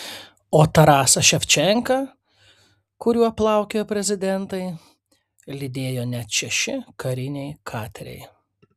o tarasą ševčenką kuriuo plaukiojo prezidentai lydėjo net šeši kariniai kateriai